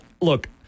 look